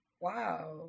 Wow